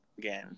game